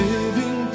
Living